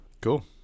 Cool